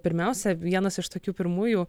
pirmiausia vienas iš tokių pirmųjų